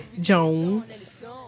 Jones